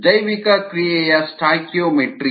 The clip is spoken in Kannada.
ಜೈವಿಕಕ್ರಿಯೆಯ ಸ್ಟಾಯ್ಕಿಯೋಮೆಟ್ರಿ